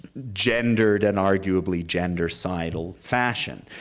gendered and arguable gendercidal fashion.